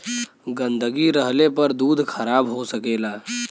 गन्दगी रहले पर दूध खराब हो सकेला